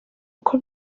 uko